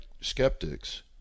skeptics